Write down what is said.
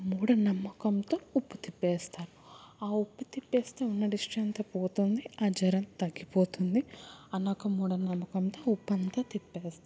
మూఢనమ్మకంతో ఉప్పు తిప్పేస్తారు ఆ ఉప్పు తిప్పేస్తే ఉన్న దిష్టి అంత పోతుంది ఆ జరం తగ్గిపోతుంది అన్న ఒక మూఢనమ్మకంతో ఉప్పు అంత తిప్పేస్తారు